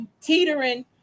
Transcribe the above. teetering